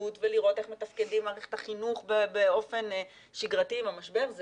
ולראות איך מתפקדים עם מערכת החינוך באופן שגרתי עם המשבר,